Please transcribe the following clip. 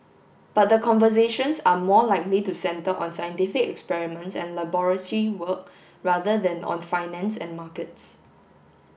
but the conversations are more likely to centre on scientific experiments and laboratory work rather than on finance and markets